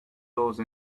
those